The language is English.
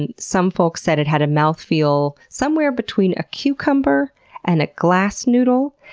and some folks said it had a mouthfeel somewhere between a cucumber and a glass noodle.